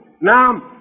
Now